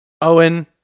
Owen